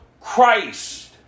Christ